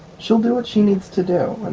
she'll do what she needs to do. and